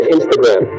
Instagram